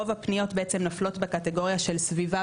רוב הפניות נופלות בקטגוריה של סביבה